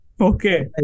Okay